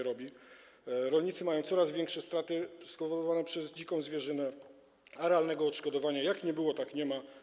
Rolnicy mają coraz większe straty spowodowane przez dziką zwierzynę, a realnego odszkodowania jak nie było, tak nie ma.